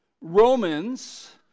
Romans